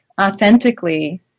authentically